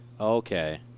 Okay